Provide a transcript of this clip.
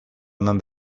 eman